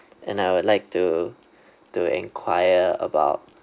and I would like to to enquire about